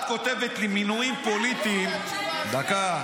כותבת לי מינויים פוליטיים ------ דקה.